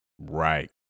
Right